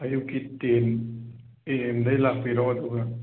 ꯑꯌꯨꯛꯀꯤ ten A ꯑꯦꯝꯗꯩ ꯂꯥꯛꯄꯤꯔꯣ ꯑꯗꯨꯒ